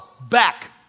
back